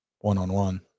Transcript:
one-on-one